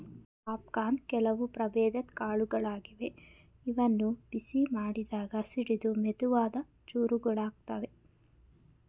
popcorn ಕೆಲವು ಪ್ರಭೇದದ್ ಕಾಳುಗಳಾಗಿವೆ ಇವನ್ನು ಬಿಸಿ ಮಾಡಿದಾಗ ಸಿಡಿದು ಮೆದುವಾದ ಚೂರುಗಳಾಗುತ್ವೆ